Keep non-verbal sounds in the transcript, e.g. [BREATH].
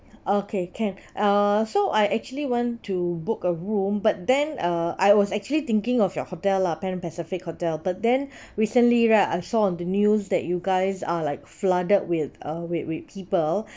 okay can uh so I actually want to book a room but then uh I was actually thinking of your hotel lah pan pacific hotel but then [BREATH] recently right I saw on the news that you guys are like flooded with uh with with people